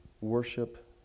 worship